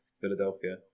Philadelphia